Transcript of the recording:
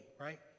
right